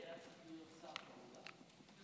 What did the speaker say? לא אמור להיות שר באולם?